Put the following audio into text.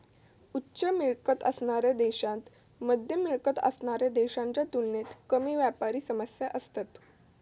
उच्च मिळकत असणाऱ्या देशांत मध्यम मिळकत असणाऱ्या देशांच्या तुलनेत कमी व्यापारी समस्या असतत